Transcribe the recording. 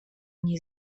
nie